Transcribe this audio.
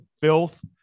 filth